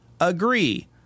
Agree